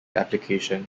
application